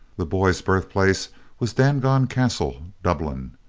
the boy's birthplace was dangon castle, dublin.